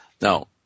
Now